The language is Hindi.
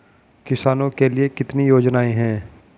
किसानों के लिए कितनी योजनाएं हैं?